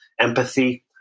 empathy